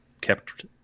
kept